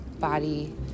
body